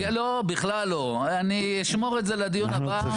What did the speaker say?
לא, בכלל לא, אני אשמור את זה לדיון הבא.